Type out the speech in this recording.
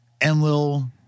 Enlil